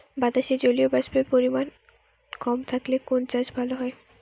বাতাসে জলীয়বাষ্পের পরিমাণ কম থাকলে কোন চাষ ভালো হয়?